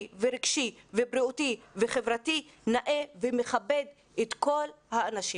ורגשי ובריאותי וחברתי נאה ומכבד את כל האנשים.